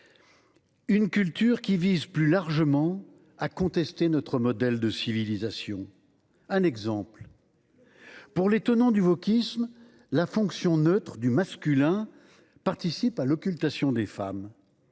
une culture qui vise plus largement à contester notre modèle de civilisation. Un exemple : pour les tenants du wokisme, la fonction neutre du masculin participe à l’occultation des femmes.